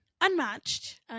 Unmatched